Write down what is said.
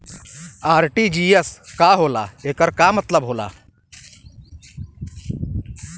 RTGS का होला acre का मतलब होला?